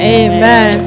amen